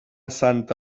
santa